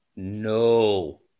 No